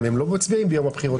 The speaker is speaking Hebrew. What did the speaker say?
הם לא מצביעים ביום הבחירות לכנסת.